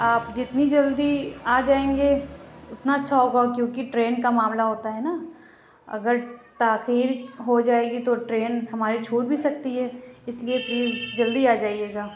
آپ جتنی جلدی آ جائیں گے اتنا اچھا ہوگا کیونکہ ٹرین کا معاملہ ہوتا ہے نا اگر تاخیر ہو جائے گی تو ٹرین ہماری چھوٹ بھی سکتی ہے اِس لیے پلیز جلدی آ جائیے گا